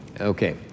okay